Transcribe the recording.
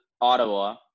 Ottawa